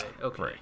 okay